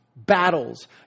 Battles